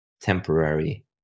temporary